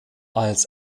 als